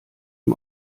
ihm